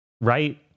Right